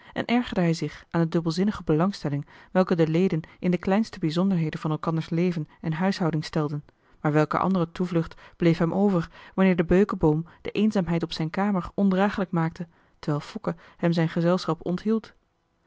en ergerde hij zich aan de dubbelzinnige belangstelling welke de leden in de kleinste bijzonderheden van elkanders leven en huishouding stelden maar welke andere toevlucht bleef hem over wanneer de beukeboom de eenzaamheid op zijn kamer ondragelijk maakte terwijl fokke hem zijn gezelschap onthield